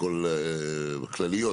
שכונות כלליות,